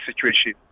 situation